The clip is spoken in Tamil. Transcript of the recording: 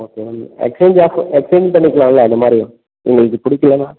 okay ma'am exchange offer exchange பண்ணிக்கலாம்ல அந்தமாதிரி இவங்களுக்கு பிடிக்கிலன்னா